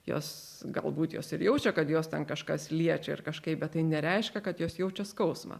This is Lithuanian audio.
jos galbūt jos ir jaučia kad jos ten kažkas liečia ir kažkaip bet tai nereiškia kad jos jaučia skausmą